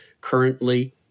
currently